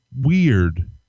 weird